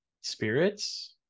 spirits